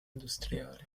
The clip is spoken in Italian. industriali